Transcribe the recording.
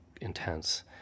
intense